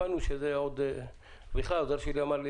הבנו שזה בכלל, העוזר שלי אמר,